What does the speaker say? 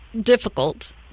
difficult